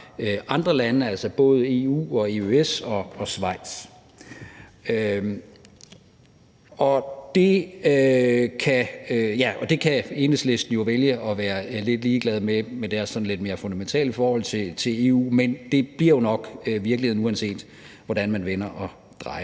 andre lande, altså EU-lande og EØS-lande og Schweiz. Og det kan Enhedslisten jo vælge at være lidt ligeglade med med deres sådan lidt mere fundamentale forhold til EU, men det bliver jo nok virkeligheden, uanset hvordan man vender og drejer